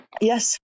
Yes